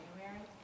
January